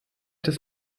des